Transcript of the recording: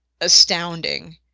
astounding